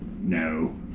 No